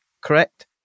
correct